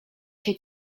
się